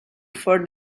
for